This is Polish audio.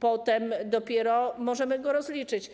potem dopiero możemy go rozliczyć.